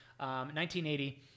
1980